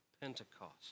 Pentecost